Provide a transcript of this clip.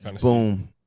Boom